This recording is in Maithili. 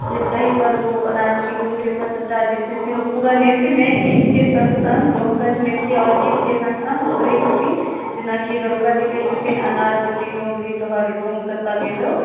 फेर तहीपर ओ अनारवती डोमरी अपन सभटा जे छै से पूरा नृत्य नाचि गीत के सङ्ग सङ्ग डोमकछमे एतेक आओर गीतके सङ्ग सङ्ग ओ कहैत छथिन जेना कि दरोगा जी कहैत छथिन अनारवती डोमरी तोहर डोम कतय गेलहु